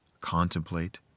contemplate